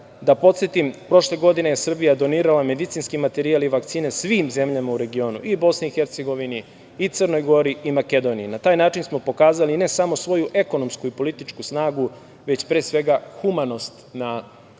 podsetim, prošle godine je Srbija donirala medicinski materijal i vakcine svim zemljama u regionu, i Bosni i Hercegovini, i Crnoj Gori i Makedoniji. Na taj način smo pokazali ne samo svoju ekonomsku i političku snagu, već pre svega humanost na